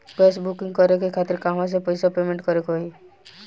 Gas booking करे के खातिर कहवा से पैसा पेमेंट करे के होई?